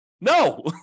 No